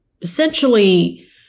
essentially